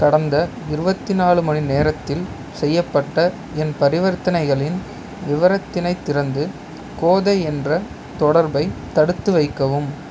கடந்த இருபத்தி நாலு மணிநேரத்தில் செய்யப்பட்ட என் பரிவர்த்தனைகளின் விபரத்தினை திறந்து கோதை என்ற தொடர்பை தடுத்து வைக்கவும்